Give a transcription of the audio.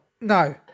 No